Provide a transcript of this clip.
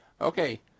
Okay